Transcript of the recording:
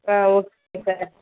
ah okay sir